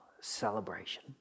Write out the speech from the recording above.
celebration